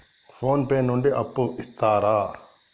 Phone pay నుండి అప్పు ఇత్తరా?